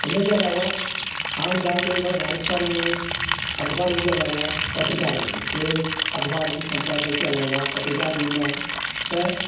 हिनजे अलावा आण ॻाल्हि खे वण राजस्थान में अख़बारुनि जे अलावा पत्रिकारनि जो छो जे अख़बार में संपादक जे अलावा पत्रिकार हूंदा आहिनि त